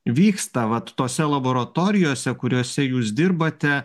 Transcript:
vyksta vat tose laboratorijose kuriose jūs dirbate